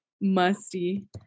Musty